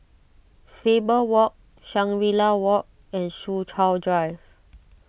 Faber Walk Shangri La Walk and Soo Chow Drive